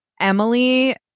Emily